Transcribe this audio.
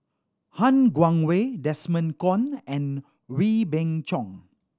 Han Guangwei Desmond Kon and Wee Beng Chong